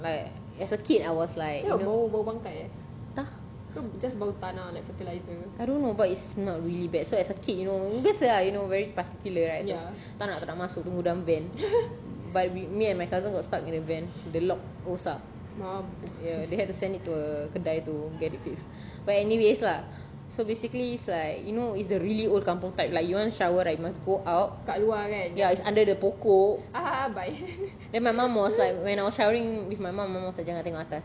like as a kid I was like entah I don't know but it smelt really bad so as a kid you know biasa lah you know very particular right so tak nak tak nak masuk tunggu dalam van but we me and my cousin got stuck in the van the lock rosak ya they had to send it to a kedai to get it fixed but anyways lah so basically it's like you know it's the really old kampung type like you want shower right must go out ya it's under the pokok then my mum was like when I was showering with my mum my mum was like jangan tengok atas